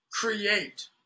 create